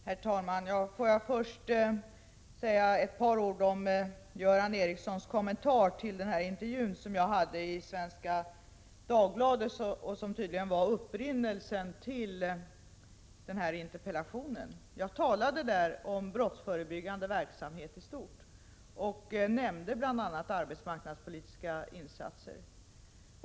Herr talman! Får jag först säga ett par ord om Göran Ericssons kommentar till den intervju med mig som var införd i Svenska Dagbladet och som tydligen var upprinnelsen till den här interpellationen. Jag talade där om brottsförebyggande verksamhet i stort och nämnde bl.a. arbetsmarknadspolitiska insatser.